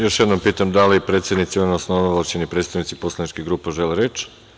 Još jednom pitam da li predsednici, odnosno ovlašćeni predstavnici poslaničkih grupa žele reč?